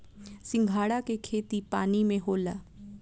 सिंघाड़ा के खेती पानी में होला